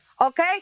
Okay